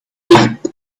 deep